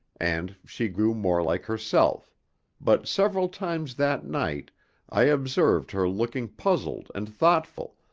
and she grew more like herself but several times that night i observed her looking puzzled and thoughtful,